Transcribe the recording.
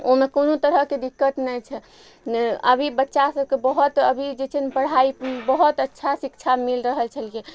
ओइमे कोनो तरहके दिक्कत नहि छै अभी बच्चा सबके बहुत अभी जे छै ने पढ़ाइ बहुत अच्छा शिक्षा मिल रहल छलियै